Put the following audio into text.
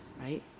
right